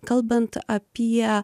kalbant apie